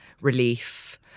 relief